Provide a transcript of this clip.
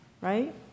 right